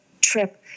trip